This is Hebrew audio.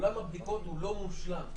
עולם הבדיקות לא מושלם,